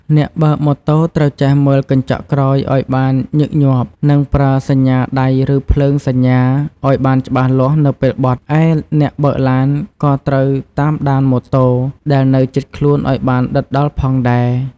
អ្នកបើកម៉ូតូត្រូវចេះមើលកញ្ចក់ក្រោយឱ្យបានញឹកញាប់ និងប្រើសញ្ញាដៃឬភ្លើងសញ្ញាឱ្យបានច្បាស់លាស់នៅពេលបត់ ឯអ្នកបើកឡានក៏ត្រូវតាមដានម៉ូតូដែលនៅជិតខ្លួនឱ្យបានដិតដល់ផងដែរ។